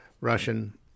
Russian